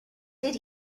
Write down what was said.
did